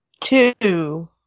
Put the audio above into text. two